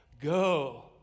go